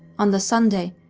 on the sunday,